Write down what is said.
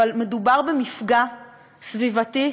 אבל מדובר במפגע סביבתי,